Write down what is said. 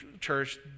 church